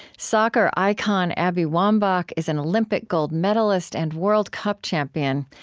soccer icon abby wambach is an olympic gold medalist and world cup champion.